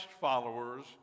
followers